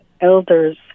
elders